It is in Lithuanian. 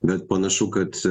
bet panašu kad